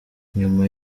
nyuma